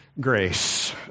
grace